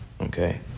okay